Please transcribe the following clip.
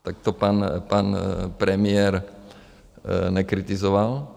Tak to pan premiér nekritizoval.